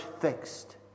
fixed